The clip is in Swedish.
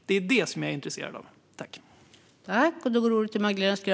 Det är det som jag är intresserad av att veta.